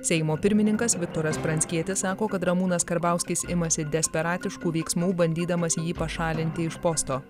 seimo pirmininkas viktoras pranckietis sako kad ramūnas karbauskis imasi desperatiškų veiksmų bandydamas jį pašalinti iš posto